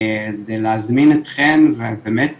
זה להזמין אתכם ובאמת